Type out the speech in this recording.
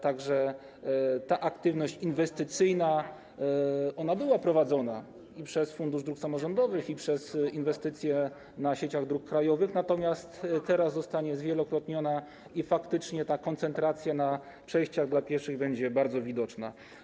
Tak że ta aktywność inwestycyjna była prowadzona i przez Fundusz Dróg Samorządowych, i przez inwestycje, jeżeli chodzi o sieć dróg krajowych, natomiast teraz zostanie zwielokrotniona i faktycznie koncentracja na przejściach dla pieszych będzie bardzo widoczna.